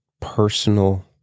personal